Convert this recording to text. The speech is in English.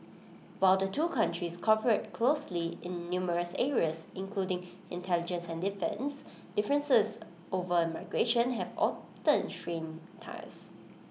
while the two countries cooperate closely in numerous areas including intelligence and defence differences over migration have often strained ties